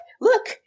look